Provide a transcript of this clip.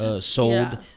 sold